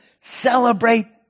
celebrate